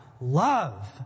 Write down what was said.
love